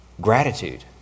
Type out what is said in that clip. gratitude